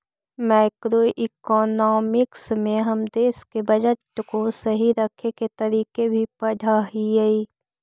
macroeconomics में हम देश के बजट को सही रखे के तरीके भी पढ़अ हियई